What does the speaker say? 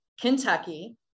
Kentucky